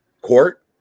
court